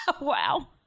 Wow